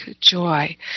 joy